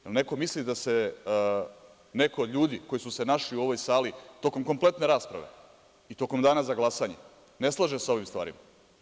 Jel neko misli da se neko od ljudi koji su se našli u ovoj sali tokom kompletne rasprave i tokom dana za glasanje ne slaže sa ovim stvarima?